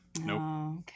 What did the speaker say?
nope